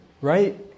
right